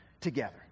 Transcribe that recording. together